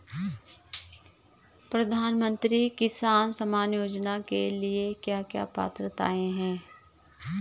प्रधानमंत्री किसान सम्मान योजना के लिए क्या क्या पात्रताऐं हैं?